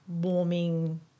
warming